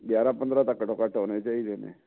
ਗਿਆਰ੍ਹਾਂ ਪੰਦਰ੍ਹਾਂ ਤਾਂ ਘੱਟੋ ਘੱਟ ਹੋਣੇ ਚਾਹੀਦੇ ਨੇ